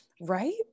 right